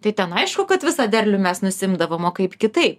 tai ten aišku kad visą derlių mes nusiimdavom o kaip kitaip